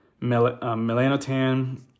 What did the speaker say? melanotan